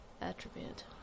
Attribute